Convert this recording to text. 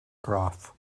graf